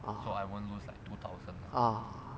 ah ah